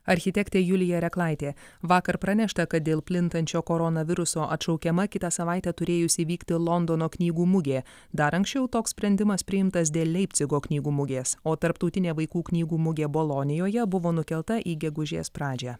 architektė julija reklaitė vakar pranešta kad dėl plintančio koronaviruso atšaukiama kitą savaitę turėjusį įvykti londono knygų mugė dar anksčiau toks sprendimas priimtas dėl leipcigo knygų mugės o tarptautinė vaikų knygų mugė bolonijoje buvo nukelta į gegužės pradžią